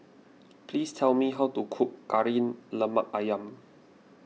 please tell me how to cook Kari Lemak Ayam